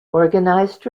organized